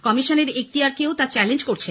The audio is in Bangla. কমিশনের এক্তিয়ারকেও চ্যালেঞ্জ করছে